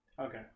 Okay